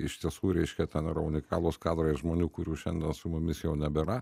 iš tiesų reiškia ten yra unikalūs kadrai žmonių kurių šiandien su mumis jau nebėra